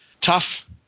tough